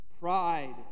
pride